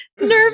nervous